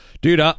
Dude